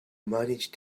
manage